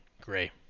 Gray